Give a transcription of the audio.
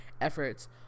efforts